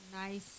nice